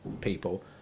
people